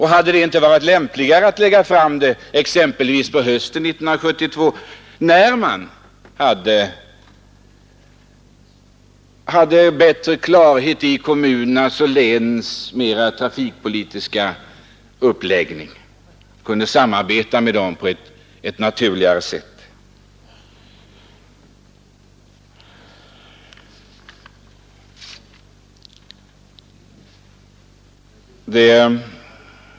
Hade det inte varit lämpligare att lägga fram det exempelvis på hösten 1972 när man har bättre klarhet i kommunernas och länens trafikpolitiska uppläggning och kunde samarbeta med dem på ett naturligare sätt?